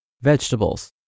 vegetables